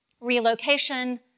Relocation